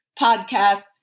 podcasts